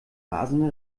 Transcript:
rasende